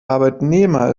arbeitnehmer